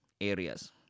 areas